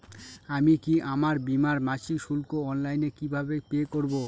আমি কি আমার বীমার মাসিক শুল্ক অনলাইনে কিভাবে পে করব?